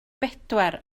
bedwar